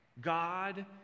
God